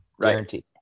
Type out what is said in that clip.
Guaranteed